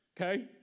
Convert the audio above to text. Okay